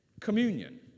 Communion